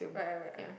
right right right right